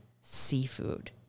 seafood